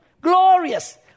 Glorious